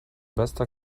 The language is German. bester